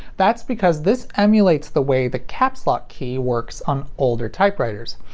that's because this emulates the way the caps lock key works on older typewriters.